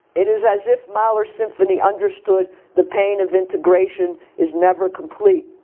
it is as if mahler's symphony understood the pain of integration is never complete.